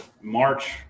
March